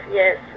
yes